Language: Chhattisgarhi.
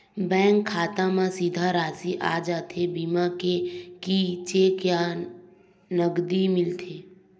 बैंक खाता मा सीधा राशि आ जाथे बीमा के कि चेक या नकदी मिलथे?